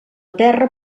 terra